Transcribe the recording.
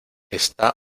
está